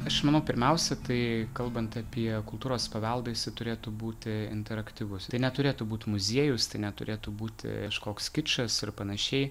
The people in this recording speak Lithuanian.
aš manau pirmiausia tai kalbant apie kultūros paveldą jisai turėtų būti interaktyvus tai neturėtų būt muziejus tai neturėtų būti kažkoks kičas ir panašiai